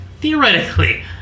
theoretically